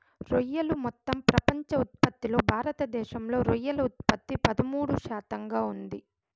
రొయ్యలు మొత్తం ప్రపంచ ఉత్పత్తిలో భారతదేశంలో రొయ్యల ఉత్పత్తి పదమూడు శాతంగా ఉంది